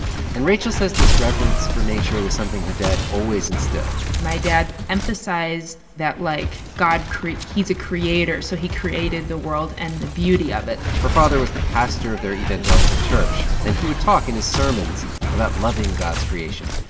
and rachel says this reverence for nature was something her dad always instilled my dad emphasized that, like, god he's a creator, so he created the world and the beauty of it her father was the pastor of their evangelical church, and he would talk in his sermons about loving god's creation.